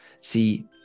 See